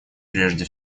прежде